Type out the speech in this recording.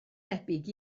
debyg